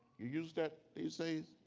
you use that these days?